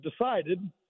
decided